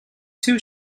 two